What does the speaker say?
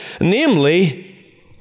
namely